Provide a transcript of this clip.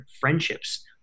friendships